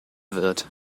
wird